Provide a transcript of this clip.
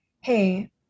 hey